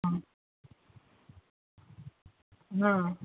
हां हां